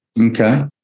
Okay